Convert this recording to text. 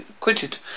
quitted